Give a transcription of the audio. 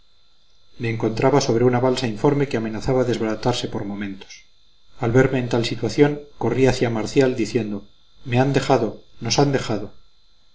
me encontraba sobre una balsa informe que amenazaba desbaratarse por momentos al verme en tal situación corrí hacia marcial diciendo me han dejado nos han dejado